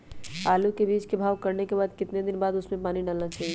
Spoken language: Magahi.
आलू के बीज के भाव करने के बाद कितने दिन बाद हमें उसने पानी डाला चाहिए?